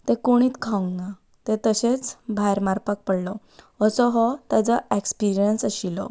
ते कोणेंच खावंक ना ते तशेंच भायर मारपाक पडलो असो हो ताजो एक्सपिरियन्स आशिल्लो